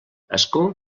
ascó